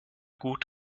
gut